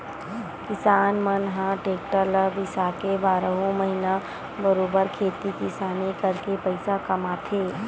किसान मन ह टेक्टर ल बिसाके बारहो महिना बरोबर खेती किसानी करके पइसा कमाथे